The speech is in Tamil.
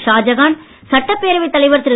ஷாஜஹான் சட்டப் பேரவைத் தலைவர் திரு